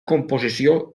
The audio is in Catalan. composició